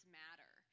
matter